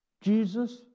Jesus